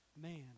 man